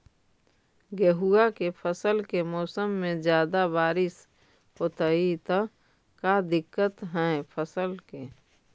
गेहुआ के फसल के मौसम में ज्यादा बारिश होतई त का दिक्कत हैं फसल के?